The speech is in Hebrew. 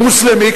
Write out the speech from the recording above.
מוסלמי,